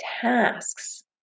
tasks